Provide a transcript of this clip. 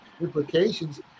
implications